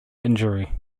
injury